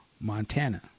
Montana